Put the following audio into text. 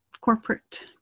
corporate